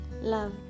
love